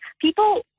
people